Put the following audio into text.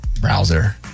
browser